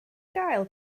gael